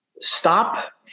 stop